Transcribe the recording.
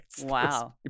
Wow